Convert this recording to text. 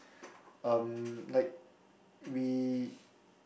um like we